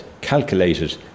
calculated